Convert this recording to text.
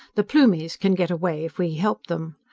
the plumies can get away if we help them.